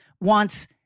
wants